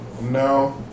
No